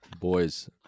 Boys